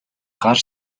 гар